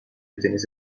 تنیس